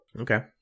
Okay